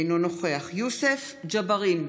אינו נוכח יוסף ג'בארין,